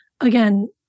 again